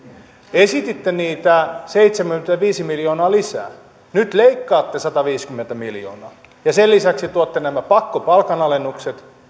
esititte niitä seitsemänkymmentäviisi miljoonaa lisää niin nyt leikkaatte sataviisikymmentä miljoonaa ja sen lisäksi tuotte nämä pakkopalkanalennukset